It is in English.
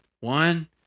One